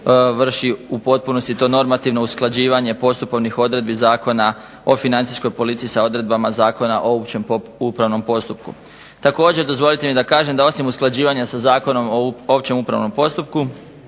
vrši u potpunosti to normativno usklađivanje postupovnih odredbi Zakona o Financijskoj policiji sa odredbama Zakona o općem upravnom postupku. Također dozvolite mi da kažem da osim usklađivanja sa Zakonom o općem upravnom postupku